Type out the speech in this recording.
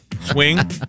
swing